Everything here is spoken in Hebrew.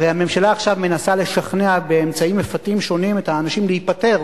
הרי הממשלה עכשיו מנסה לשכנע באמצעים מפתים שונים את האנשים להיפטר,